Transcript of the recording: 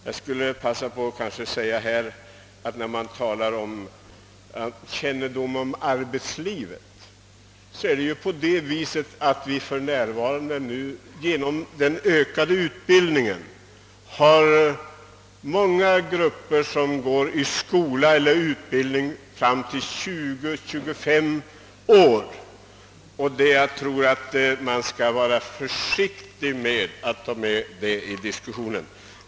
Jag vill passa på att säga, när det gäller kännedom om arbetslivet, att vi för närvarande genom den ökade utbildningstiden har många grupper som går i skola fram till 20—25-årsåldern, och jag tror att man skall vara försiktig när man för in detta i diskussionen.